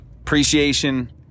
appreciation